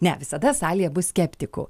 ne visada salėje bus skeptikų